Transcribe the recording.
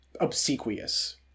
obsequious